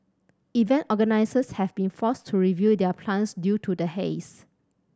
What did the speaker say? event organisers have been forced to review their plans due to the haze